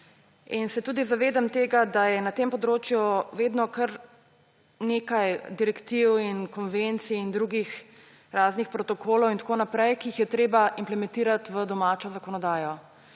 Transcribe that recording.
in se tudi zavedam tega, da je na tem področju vedno kar nekaj direktiv in konvencij in drugih raznih protokolov in tako naprej, ki jih je treba implementirati v domačo zakonodajo.